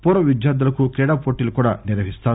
పూర్వ విద్యార్థులకు క్రీడా పోటీలు కూడా నిర్వహిస్తారు